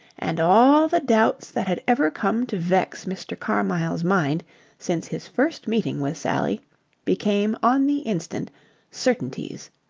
and all the doubts that had ever come to vex mr. carmyle's mind since his first meeting with sally became on the instant certainties.